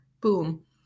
boom